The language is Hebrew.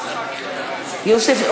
נגד גזענות.